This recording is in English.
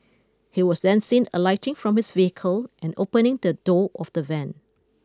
he was then see alighting from his vehicle and opening the door of the van